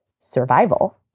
survival